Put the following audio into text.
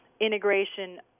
integration